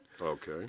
Okay